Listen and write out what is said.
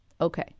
Okay